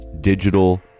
Digital